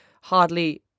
hardly